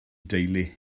deulu